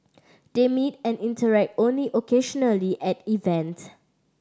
they meet and interact only occasionally at events